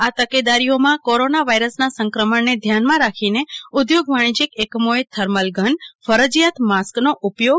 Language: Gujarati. આ તકેદારીઓ માં કોરોના વાયરસના સંક્રમણને ધ્યાનમાં રાખીને ઉદ્યોગ વાણિજ્યીક એકમોએ થર્મલ ગનફરજિયાત માસ્ક નો ઉપયોગ